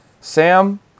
Sam